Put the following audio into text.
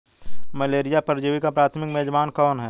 Malaria परजीवी का प्राथमिक मेजबान कौन है?